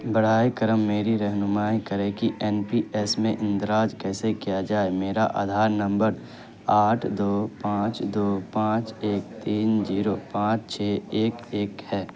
براہ کرم میری رہنمائی کریں کہ این پی ایس میں اندراج کیسے کیا جائے میرا آدھار نمبر آٹھ دو پانچ دو پانچ ایک تین جیرو پانچ چھ ایک ایک ہے